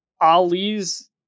Ali's